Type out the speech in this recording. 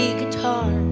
guitar